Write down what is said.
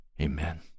Amen